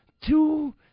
two